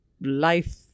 life